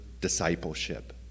discipleship